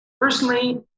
personally